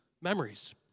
memories